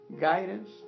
guidance